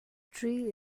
tree